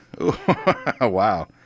wow